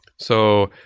so,